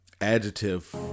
Adjective